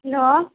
hello